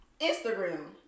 Instagram